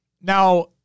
Now